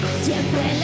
siempre